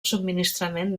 subministrament